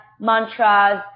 mantras